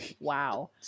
Wow